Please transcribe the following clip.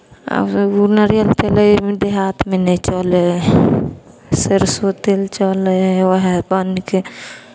आ ओसभ ओ नारियल तेल हइ ओ देहातमे नहि चलै हइ सरिसो तेल चलै हइ उएह बनि कऽ